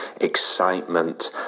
excitement